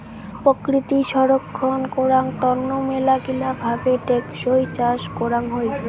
প্রকৃতি সংরক্ষণ করাং তন্ন মেলাগিলা ভাবে টেকসই চাষ করাং হই